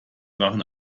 waren